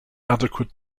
adequate